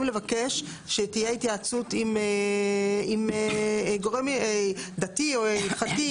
לבקש שתהיה התייעצות עם גורם דתי או הלכתי.